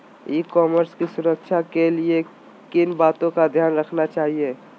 ई commerce की सुरक्षा के लिए किन बातों का ध्यान रखना चाहिए?